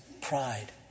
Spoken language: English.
pride